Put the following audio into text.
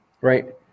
Right